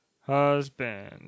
husband